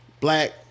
black